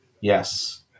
Yes